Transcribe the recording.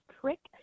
trick